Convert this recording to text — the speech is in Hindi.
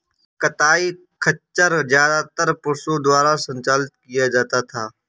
कताई खच्चर ज्यादातर पुरुषों द्वारा संचालित किया जाता था